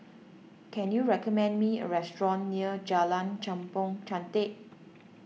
can you recommend me a restaurant near Jalan Kampong Chantek